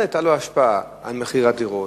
מייד היתה לזה השלכה על מחיר הדירות,